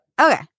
Okay